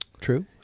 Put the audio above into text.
True